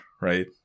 right